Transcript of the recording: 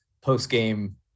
post-game